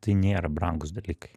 tai nėra brangūs dalykai